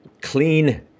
clean